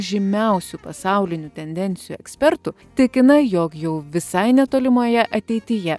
žymiausių pasaulinių tendencijų ekspertu tikina jog jau visai netolimoje ateityje